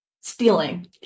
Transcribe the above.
stealing